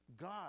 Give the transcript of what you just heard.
God